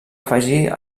afegir